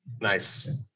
Nice